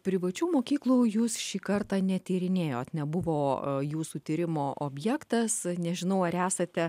privačių mokyklų jūs šį kartą netyrinėjot nebuvo jūsų tyrimo objektas nežinau ar esate